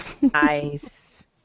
Nice